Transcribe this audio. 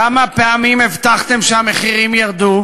כמה פעמים הבטחתם שהמחירים ירדו?